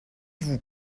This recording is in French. vous